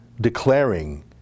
declaring